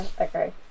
okay